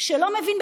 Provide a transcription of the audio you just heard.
שהוא לא מבין,